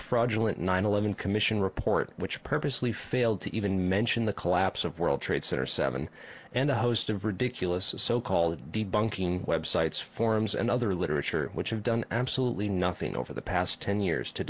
fraudulent nine eleven commission report which purposely failed to even mention the collapse of world trade center seven and a host of ridiculous so called debunking websites forums and other literature which have done absolutely nothing over the past ten years to